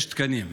יש תקנים,